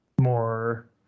more